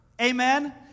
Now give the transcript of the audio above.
Amen